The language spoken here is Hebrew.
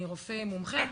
מרופא מומחה,